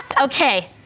Okay